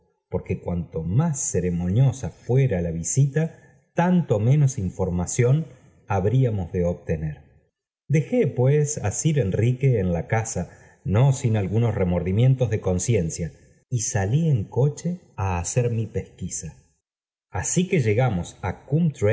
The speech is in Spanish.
porque cuanto más ceremoniosa fuera la visita tanto menos informaciones habríamos de obtener dejé pues á sir enrique en la casa no sin algunos remordimientos de conciencia y salí en coche á hacer mi pesquisa así que llegamos á